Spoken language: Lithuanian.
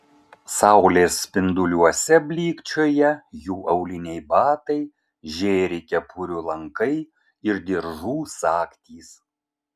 saulės spinduliuose blykčioja jų auliniai batai žėri kepurių lankai ir diržų sagtys